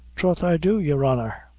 troth i do, your honor.